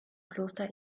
kloster